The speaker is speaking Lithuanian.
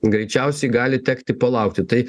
greičiausiai gali tekti palaukti tai